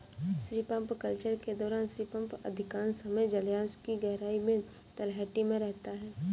shrimp culture के दौरान shrimp अधिकांश समय जलायश की गहराई में तलहटी में रहता है